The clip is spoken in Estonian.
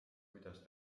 kuidas